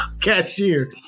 cashier